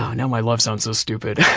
ah, now my love sound so stupid.